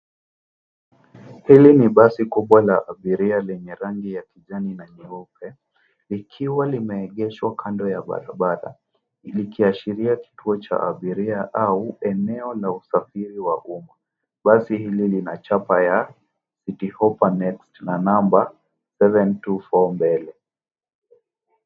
Hili ni basi kubwa la abiria lenye rangi ya kijani na nyeupe likiwa limeegeshwa kando ya barabara, likiashiria kituo cha abiria au eneo la usafiri wa umma. Basi hili lina chapa ya Cityhoppa Next na namba 724 mbele.